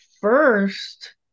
First